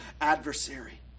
adversary